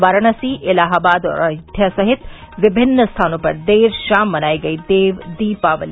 वाराणसी इलाहाबाद और अयोध्या सहित विभिन्न स्थानों पर देर शाम मनाई गयी देव दीपावली